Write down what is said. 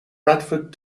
radford